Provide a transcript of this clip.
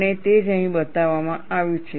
અને તે જ અહીં બતાવવામાં આવ્યું છે